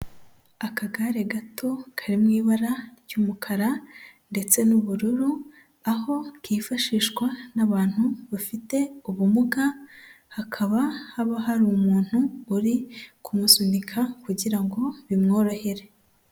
Akagare gato kari mu ibara ry'umukara ndetse n'ubururu aho kifashishwa n'abantu bafite ubumuga, hakaba haba hari umuntu uri kumusunika kugira ngo bimworohere.